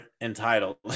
entitled